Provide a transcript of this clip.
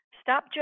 stop